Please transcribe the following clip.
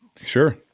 Sure